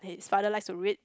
his father likes to read